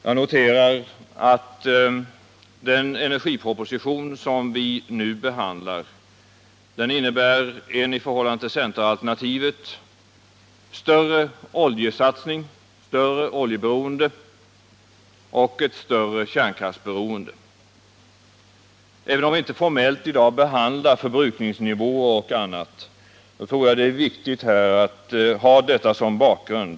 Jag noterar att den energiproposition som vi nu behandlar innebär en i förhållande till centeralternativet större oljesatsning, ett större oljeberoende och ett större kärnkraftsberoende. Även om vi inte formellt i dag behandlar förbrukningsnivåer o. d. tror jag att det är viktigt att ha detta som bakgrund.